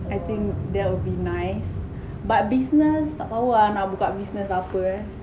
I think that will be nice but business tak tau ah nak buka business apa eh